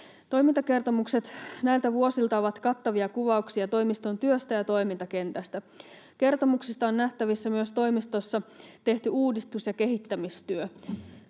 Toimintakertomukset näiltä vuosilta ovat kattavia kuvauksia toimiston työstä ja toimintakentästä. Kertomuksista on nähtävissä myös toimistossa tehty uudistus‑ ja kehittämistyö.